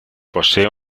posee